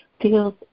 feels